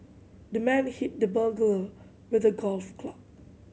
the man hit the burglar with the golf club